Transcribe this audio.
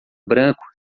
branco